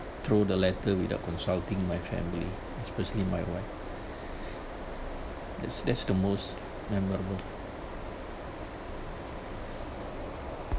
throw the letter without consulting my family especially my wife that's that's the most memorable